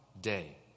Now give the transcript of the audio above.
day